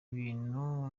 ibintu